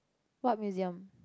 what museum